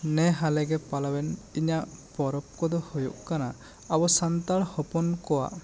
ᱱᱮ ᱦᱟᱞᱮ ᱜᱮ ᱯᱟᱞᱟᱣᱮᱱ ᱤᱧᱟᱹᱜ ᱯᱚᱨᱚᱵᱽ ᱠᱚ ᱫᱚ ᱦᱩᱭᱩᱜ ᱠᱟᱱᱟ ᱟᱵᱚ ᱥᱟᱱᱛᱟᱲ ᱦᱚᱯᱚᱱ ᱠᱚᱣᱟᱜ